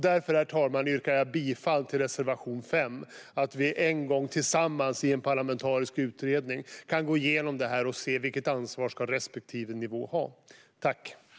Därför, herr talman, yrkar jag bifall till reservation 5 och att vi en gång - tillsammans, i en parlamentarisk utredning - kan gå igenom detta och se vilket ansvar respektive nivå ska ha.